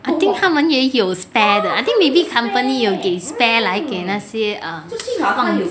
I think 他们也有 spare 的 I think maybe company 有给 spare 来给那些忘记的